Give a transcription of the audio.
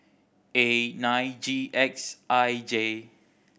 A nine G X I J